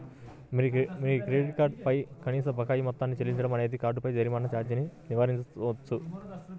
మీ credit card పై కనీస బకాయి మొత్తాన్ని చెల్లించడం అనేది కార్డుపై జరిమానా ఛార్జీని నివారించవచ్చు